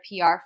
PR